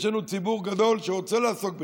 יש לנו ציבור גדול שרוצה לעסוק בחינוך.